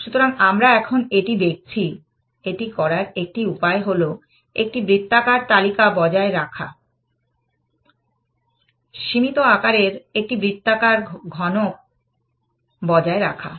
সুতরাং আমরা এখন এটি দেখছি এটি করার একটি উপায় হল একটি বৃত্তাকার তালিকা বজায় রাখা সীমিত আকারের একটি বৃত্তাকার ঘনক বজায় রাখুন